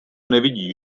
nevidí